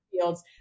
fields